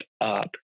up